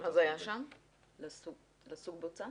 בוצה